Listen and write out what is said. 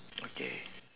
okay